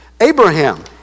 Abraham